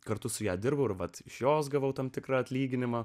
kartu su ja dirbo ir vat šios gavau tam tikrą atlyginimą